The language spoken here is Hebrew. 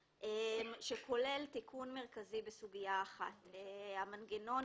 שכולל תיקון מרכזי בסוגיה אחת - המנגנון,